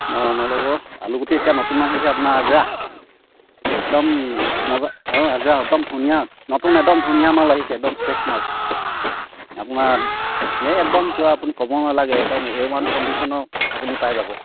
অঁ নল'ব আলুগুটি এতিয়া নতুন আহিছে আপোনাৰ একদম মজা অঁ একদম ধুনীয়া নতুন একদম ধুনীয়া মাল আহিছে একদম ফ্ৰেছ মাল আপোনাৰ ন একদম পূৰা আপুনি ক'ব নালাগে একদম এ ৱান কণ্ডিশ্যনৰ আপুনি পাই যাব